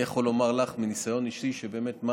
אני יכול לומר לך מניסיון אישי שמד"א